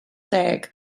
deg